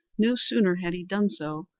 no sooner had he done so,